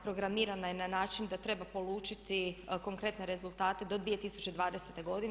Programirana je na način da treba polučiti konkretne rezultate do 2020. godine.